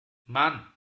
mann